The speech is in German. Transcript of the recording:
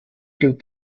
gilt